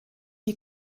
die